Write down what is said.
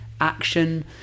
action